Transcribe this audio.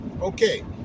Okay